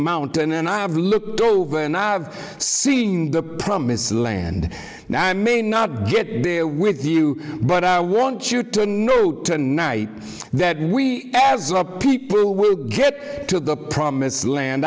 mountain and i've looked over and i've seen the promised land now i may not get there with you but i won't you to know tonight that we as a people will get to the promised land